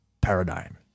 paradigm